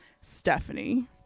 Stephanie